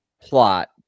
plot